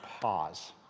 pause